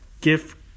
gift